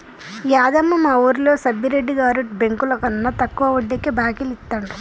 యాదమ్మ, మా వూరిలో సబ్బిరెడ్డి గారు బెంకులకన్నా తక్కువ వడ్డీకే బాకీలు ఇత్తండు